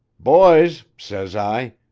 boys, says i,